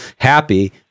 happy